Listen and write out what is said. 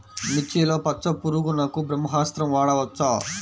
మిర్చిలో పచ్చ పురుగునకు బ్రహ్మాస్త్రం వాడవచ్చా?